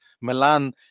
Milan